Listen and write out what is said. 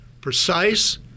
precise